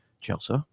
Chelsea